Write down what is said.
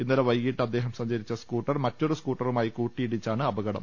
ഇന്നലെ വൈകീട്ട് അദ്ദേഹം സഞ്ചരിച്ച സ്കൂട്ടർ മറ്റൊരു സ് കൂട്ടറുമായി കൂട്ടിയിടിച്ചാണ് അപകടം